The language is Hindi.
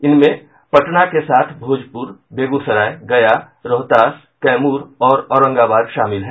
इनमें पटना के साथ भोजपुर बेगूसराय गया रोहतास कैमूर और औरंगाबाद शामिल है